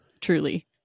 truly